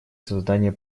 создания